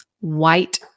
White